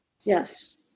Yes